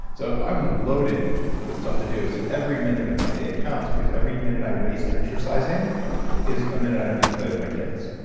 so i'm loaded with stuff to do, so every minute of my day counts because every minute i waste exercising is a minute i don't get to play with my kids.